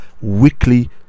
weekly